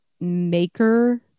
maker